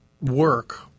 work